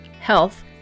health